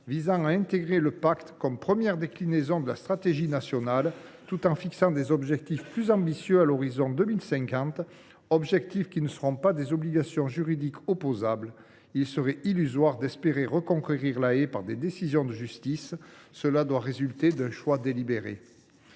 visant à intégrer ledit pacte comme une première déclinaison de la stratégie nationale, tout en fixant des objectifs plus ambitieux à l’horizon de 2050. Je précise que ces objectifs ne seront pas des obligations juridiques opposables. En effet, il serait illusoire d’espérer reconquérir la haie par des décisions de justice ; cette dynamique doit résulter d’un choix délibéré.